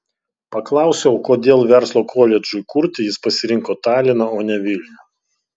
paklausiau kodėl verslo koledžui kurti jis pasirinko taliną o ne vilnių